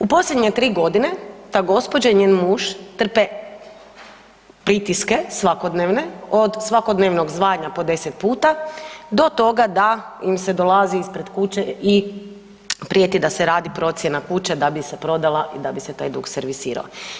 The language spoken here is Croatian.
U posljednje 3 godine ta gospoda i njen muž trpe pritiske svakodnevne od svakodnevnog zvanja po 10 puta do toga im se dolazi ispred kuće i prijeti da se radi procjena kuće da bi se prodala i da bi se taj dug servisirao.